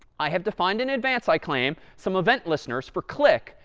i have defined in advance, i claim, some event listeners for click.